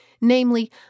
namely